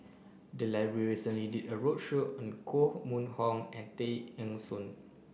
the library recently did a roadshow on Koh Mun Hong and Tay Eng Soon